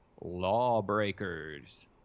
lawbreakers